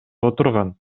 отурган